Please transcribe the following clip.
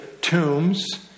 tombs